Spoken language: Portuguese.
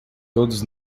todos